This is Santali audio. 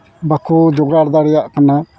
ᱵᱟᱠᱚ ᱡᱚᱜᱟᱲ ᱫᱟᱲᱮᱭᱟᱜ ᱠᱟᱱᱟ